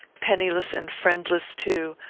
penniless and friendless too,